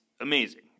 amazing